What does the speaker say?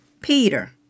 Peter